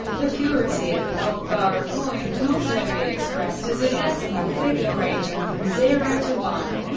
the purity of a gold bar or coin can also be expressed as a decimal figure ranging from zero to one,